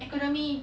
economy